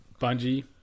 Bungie